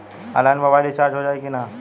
Online mobile recharge हो जाई की ना हो?